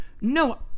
No